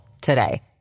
today